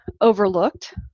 overlooked